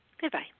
Goodbye